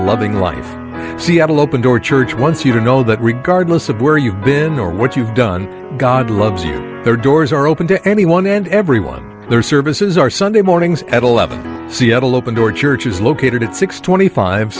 loving life seattle open door church once you know that regardless of where you've been or what you've done god loves you there doors are open to anyone and everyone their services are sunday mornings at eleven seattle open door church is located at six twenty five